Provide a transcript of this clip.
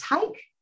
take